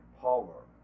power